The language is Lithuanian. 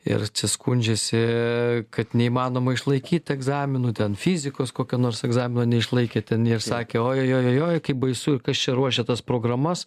ir skundžiasi kad neįmanoma išlaikyt egzaminų ten fizikos kokio nors egzamino neišlaikė ten ir sakė ojojojoj kaip baisu ir kas čia ruošia tas programas